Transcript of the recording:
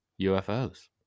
UFOs